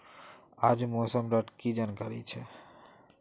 आज मौसम डा की जानकारी छै?